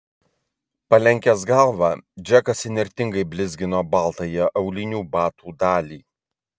palenkęs galvą džekas įnirtingai blizgino baltąją aulinių batų dalį